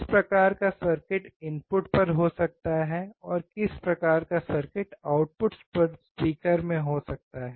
किस प्रकार का सर्किट इनपुट पर हो सकता है और किस प्रकार का सर्किट आउटपुट पर स्पीकर में हो सकता है